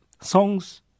songs